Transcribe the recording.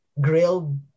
grilled